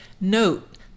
note